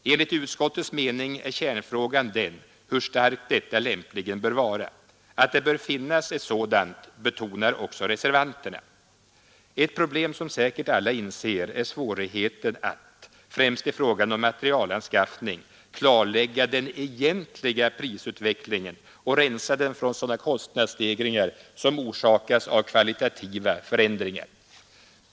Enligt utskottets mening är kärnfrågan den hur starkt detta lämpligen bör vara. Att det bör finnas ett sådant betonar också reservanterna. Ett problem som säkert alla inser är svårigheten att, främst i fråga om materielanskaffningen, klarlägga den egentliga prisutvecklingen och rensa den från sådana kostnadsstegringar som orsakas av kvalitativa förändringar.